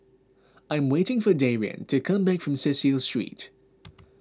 I'm waiting for Darian to come back from Cecil Street